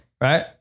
Right